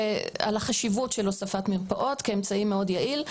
החשיבות של הוספת מרפאות כאמצעי מאוד יעיל.